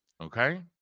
Okay